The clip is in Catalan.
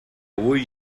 avui